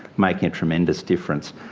making a tremendous difference.